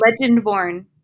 Legendborn